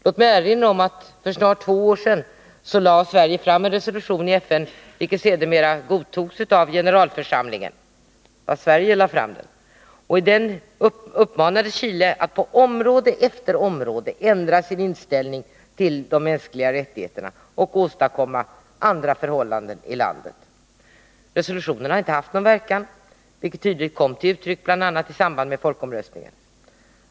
Låt mig erinra om att för snart två år sedan lade Sverige i FN fram en resolution, vilken sedermera antogs av generalförsamlingen och i vilken Chile uppmanades att på område efter område ändra sin inställning till de mänskliga rättigheterna och åstadkomma andra förhållanden i landet. Resolutionen har inte haft någon verkan, vilket tydligt kom till uttryck bl.a. i samband med folkomröstningen.